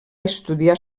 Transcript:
estudiar